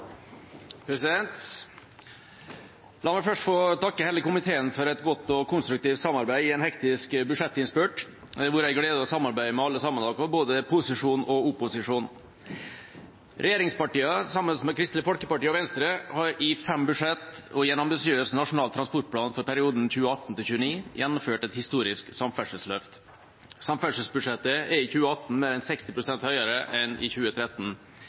La meg først få takke hele komiteen for et godt og konstruktivt samarbeid i en hektisk budsjettinnspurt. Det har vært en glede å samarbeide med alle sammen, både posisjon og opposisjon. Regjeringspartiene, sammen med Kristelig Folkeparti og Venstre, har i fem budsjett og en ambisiøs nasjonal transportplan for perioden 2018–2029 gjennomført et historisk samferdselsløft. Samferdselsbudsjettet er i 2018 mer enn 60 pst. høyere enn i 2013,